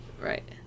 Right